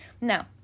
Now